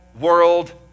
world